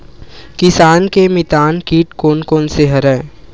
किसान के मितान कीट कोन कोन से हवय?